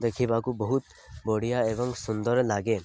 ଦେଖିବାକୁ ବହୁତ ବଢ଼ିଆ ଏବଂ ସୁନ୍ଦର ଲାଗେ